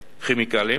כימיקלים'